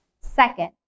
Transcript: Second